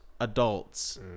adults